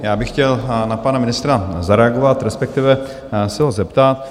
Já bych chtěl na pana ministra zareagovat, respektive se ho zeptat.